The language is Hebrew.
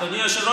אדוני היושב-ראש,